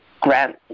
grant